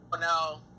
no